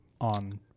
on